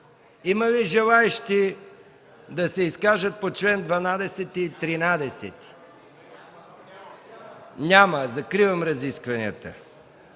Има ли желаещи да се изкажат по чл. 12 и 13? Няма. Закривам разискванията.